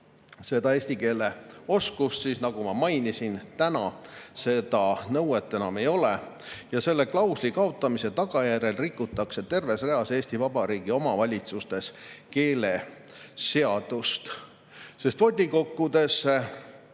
nõuti eesti keele oskust, siis, nagu ma mainisin, täna seda nõuet enam ei ole ja selle klausli kaotamise tagajärjel rikutakse terves reas Eesti Vabariigi omavalitsustes keeleseadust, sest volikogudesse